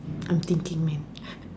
I'm thinking man